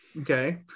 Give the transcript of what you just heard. Okay